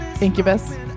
Incubus